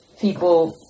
people